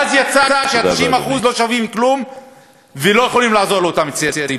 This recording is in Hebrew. ואז יצא שה-90% לא שווים כלום ולא יכולים לעזור לאותם צעירים.